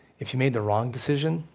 if you made the wrong decision,